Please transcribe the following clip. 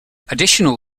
additional